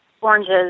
oranges